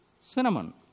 cinnamon